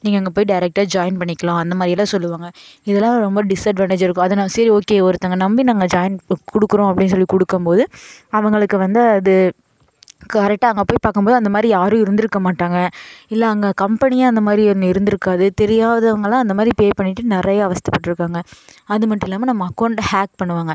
நீங்கள் அங்கே போய் டைரக்ட்டாக ஜாய்ன் பண்ணிக்கலாம் அந்த மாதிரி எல்லாம் சொல்லுவாங்க இதெல்லாம் ரொம்ப டிஸ்அட்வான்டேஜ் இருக்கும் அதை நான் சரி ஓகே ஒருத்தங்க நம்பி நாங்கள் ஜாய்ன் கொடுக்குறோம் அப்படின்னு சொல்லி கொடுக்கம் போது அவர்களுக்கு வந்து அது கரெக்டாக அங்கே போய் பார்க்கம் போது அந்த மாதிரி யாரும் இருந்திருக்க மாட்டாங்க இல்லை அங்கே கம்பெனியே அந்த மாதிரி ஒன்று இருந்திருக்காது தெரியாதவர்கெல்லாம் அந்த மாதிரி பே பண்ணிவிட்டு நிறைய அவஸ்த்தபட்டிருக்காங்க அது மட்டும் இல்லாமல் நம்ம அக்கௌண்ட்டை ஹாக் பண்ணுவாங்க